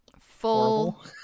full